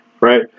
right